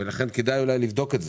לכן כדאי לבדוק את זה.